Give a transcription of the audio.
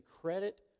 credit